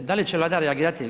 Da li će Vlada reagirati?